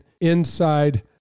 inside